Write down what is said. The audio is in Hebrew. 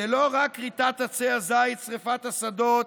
זה לא רק כריתת עצי הזית, שרפת השדות